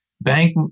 Bank